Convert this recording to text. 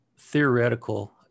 theoretical